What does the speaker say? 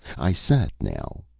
i sat now,